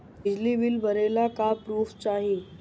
बिजली बिल भरे ला का पुर्फ चाही?